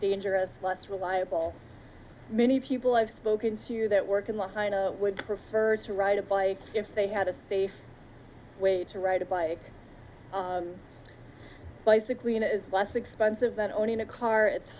dangerous less reliable many people i've spoken to that work in the hyena would prefer to ride a bike if they had a safe way to write a bike bicycling is less expensive than owning a car it's